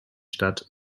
stadt